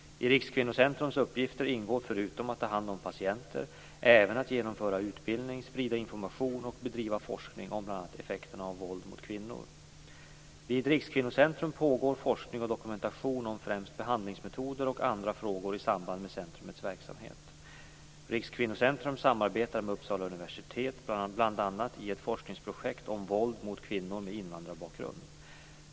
I Rikskvinnocentrums uppgifter ingår förutom att ta hand om patienter även att genomföra utbildning, sprida information och bedriva forskning om bl.a. effekterna av våld mot kvinnor. Vid Rikskvinnocentrum pågår forskning och dokumentation om främst behandlingsmetoder och andra frågor i samband med centrumets verksamhet. Rikskvinnocentrum samarbetar med Uppsala universitet, bl.a. i ett forskningsprojekt om våld mot kvinnor med invandrarbakgrund.